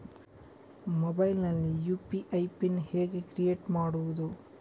Mobile ನಲ್ಲಿ UPI PIN ಹೇಗೆ create ಮಾಡುವುದು?